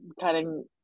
cutting